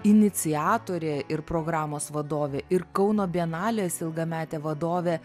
iniciatorė ir programos vadovė ir kauno bienalės ilgametė vadovė